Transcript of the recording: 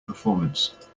performance